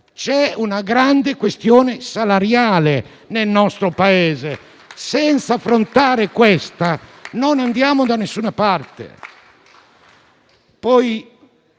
C'è una grande questione salariale nel nostro Paese; senza affrontare questa, non andiamo da nessuna parte.